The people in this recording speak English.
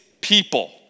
people